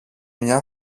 μια